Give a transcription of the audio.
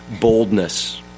boldness